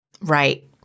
Right